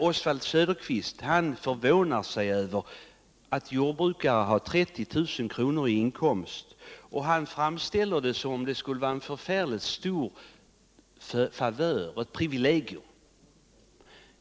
Oswald Söderqvist förvånar sig över att jordbrukare har 30 000 i inkomst, och han framställer denna inkomst som en stor favör och ett privilegium.